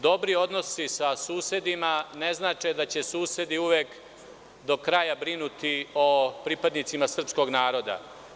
Dobri odnosi sa susedima ne znače da će susedi uvek do kraja brinuti o pripadnicima srpskog naroda.